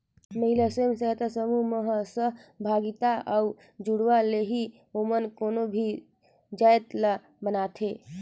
महिला स्व सहायता समूह मन ह सहभागिता अउ जुड़ाव ले ही ओमन कोनो भी जाएत ल बनाथे